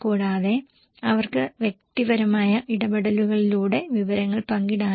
കൂടാതെ അവർക്ക് വ്യക്തിപരമായ ഇടപെടലുകളിലൂടെ വിവരങ്ങൾ പങ്കിടാനും കഴിയും